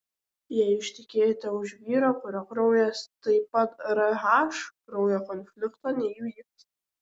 jei ištekėjote už vyro kurio kraujas taip pat rh kraujo konflikto neįvyks